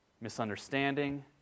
misunderstanding